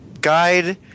guide